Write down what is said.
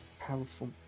powerful